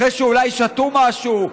אחרי שאולי שתו משהו.